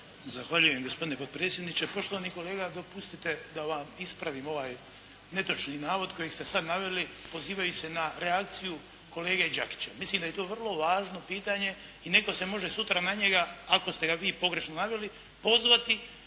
Zahvaljujem gospodine potpredsjedniče. Poštovani kolega dopustite da vam ispravim ovaj netočni navod kojeg ste sad naveli pozivajući se na reakciju kolege Đakića. Mislim da je to vrlo važno pitanje i netko se može sutra na njega, ako ste ga vi pogrešno naveli, pozvati